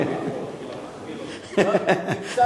רק תמצא